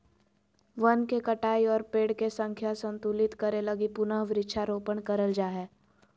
वन के कटाई और पेड़ के संख्या संतुलित करे लगी पुनः वृक्षारोपण करल जा हय